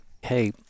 hey